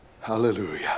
Hallelujah